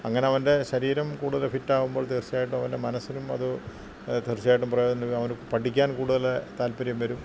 അങ്ങനെ അവൻ്റെ ശരീരം കൂടുതൽ ഫിറ്റാകുമ്പോൾ തീർച്ചയായിട്ടും അവൻ്റെ മനസിനും അത് തീർച്ചയായിട്ടും പ്രയോജനം ലഭിക്കും അവന് പഠിക്കാൻ കൂടുതല് താൽപ്പര്യം വരും